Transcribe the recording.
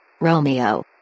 Romeo